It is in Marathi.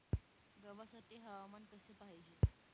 गव्हासाठी हवामान कसे पाहिजे?